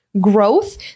growth